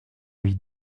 avis